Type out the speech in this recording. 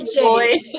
boy